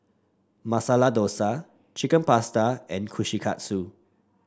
Masala Dosa Chicken Pasta and Kushikatsu